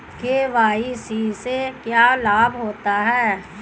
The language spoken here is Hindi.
के.वाई.सी से क्या लाभ होता है?